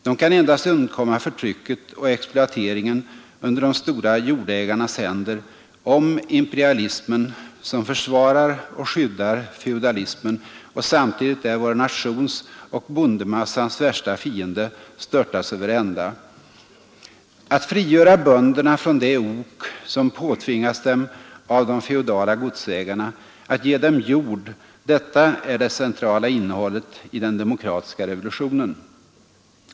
De kan endast undkomma förtrycket och exploateringen under de stora jordägarnas händer om imperialismen, som försvarar och skyddar feodalismen och samtidigt är vår nations och böndernas värsta fiende, störtas över ända. Att frigöra bönderna från det ok som påtvingats dem av de feodala godsägarna, att ge dem jord, detta är det centrala innehållet i den demokratiska revolutionen.